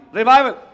revival